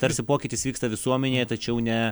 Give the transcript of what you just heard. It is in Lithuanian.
tarsi pokytis vyksta visuomenėje tačiau ne